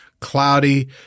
cloudy